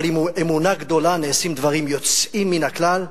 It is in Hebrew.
אבל עם אמונה גדולה, נעשים דברים יוצאים מן הכלל,